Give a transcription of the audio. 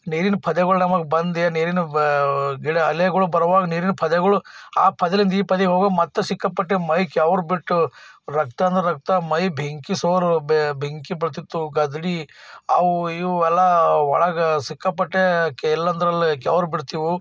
ನೀರಿನ ಪೊದೆಗಳು ನಮಗೆ ಬಂದು ನೀರಿನ ಗಿಡ ಅಲೆಗಳು ಬರುವಾಗ ನೀರಿನ ಪೊದೆಗಳು ಆ ಪೊದೆಯಿಂದ ಈ ಪೊದೆಗೆ ಹೋಗುವಾಗ ಮತ್ತೆ ಸಿಕ್ಕಾಪಟ್ಟೆ ಮೈ ಗೆವ್ರಿ ಬಿಟ್ಟು ರಕ್ತ ಅಂದ್ರೆ ರಕ್ತ ಮೈ ಬೆಂಕಿಸೋರು ಬೆಂಕಿ ಬೀಳ್ತಿತ್ತು ಗಾದರಿ ಅವು ಇವು ಎಲ್ಲ ಒಳಗೆ ಸಿಕ್ಕಾಪಟ್ಟೆ ಕೆ ಎಲ್ಲಂದರಲ್ಲಿ ಗೆವ್ರಿ ಬಿಡ್ತಿವು